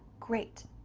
great.